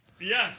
yes